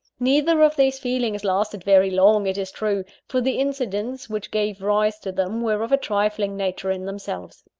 neither of these feelings lasted very long, it is true for the incidents which gave rise to them were of a trifling nature in themselves.